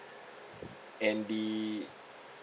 and the